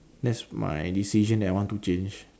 that's my decision that I want to change